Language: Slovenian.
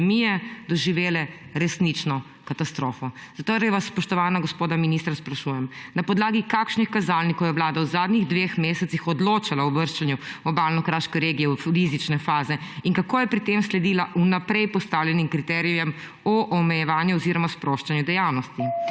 doživele resnično katastrofo. Zatorej vaju, spoštovana gospoda ministra, sprašujem: Na podlagi kakšnih kazalnikov je Vlada v zadnjih dveh mesecih odločala o uvrščanju Obalno-kraške regije v rizične faze? Kako je pri tem sledila vnaprej postavljenim kriterijem o omejevanju oziroma sproščanju dejavnosti?